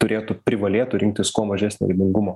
turėtų privalėtų rinktis kuo mažesnio riebingumo